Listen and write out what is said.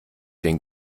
den